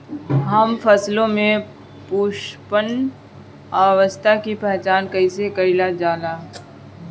हम फसलों में पुष्पन अवस्था की पहचान कईसे कईल जाला?